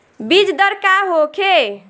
बीजदर का होखे?